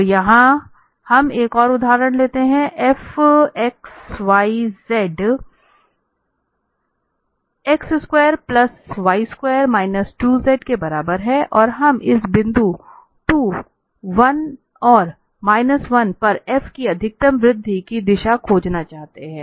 तो यहां हम एक उदाहरण लेते हैं f x y z x square plus y square minus 2 z के बराबर है और हम इस बिंदु 21 और माइनस 1 पर f की अधिकतम वृद्धि की दिशा खोजना चाहते हैं